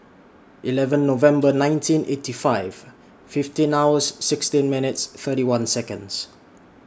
eleven November nineteen eighty five fifteen hours sixteen minutes thirty one Seconds